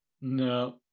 no